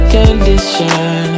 condition